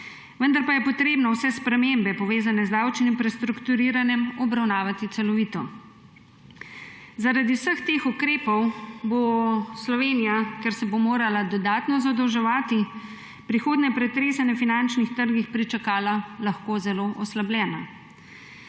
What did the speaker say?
vendar pa je potrebno vse spremembe, povezane z davčnim prestrukturiranjem, obravnavati celovito. Zaradi vseh teh ukrepov bo Slovenija, ker se bo morala dodatno zadolževati, prihodnje pretresanje na finančnih trgih lahko pričakala zelo oslabljeno.